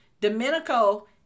Domenico